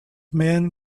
men